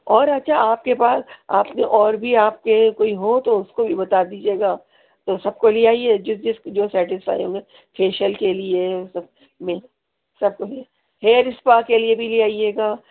اور اچھا آپ کے پاس آپ کے اور بھی آپ کے کوئی ہوں تو اس کو بھی بتا دیجیے گا تو سب کو لے آئیے جس جس جو سیٹسفائی ہوں گے فیشیل کے لیے سب ہیئر اسپا کے لیے بھی لے آئیے گا